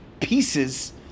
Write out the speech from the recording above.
pieces